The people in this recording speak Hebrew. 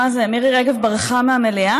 מה זה, מירי רגב ברחה מהמליאה?